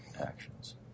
actions